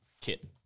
kit